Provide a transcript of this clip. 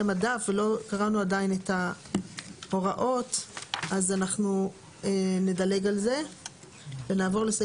ב' - הוראות מאומצות שלגביהן ניתן להטיל עיצום כספי.